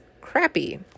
crappy